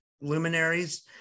luminaries